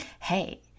Hey